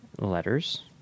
letters